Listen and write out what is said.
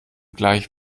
gleich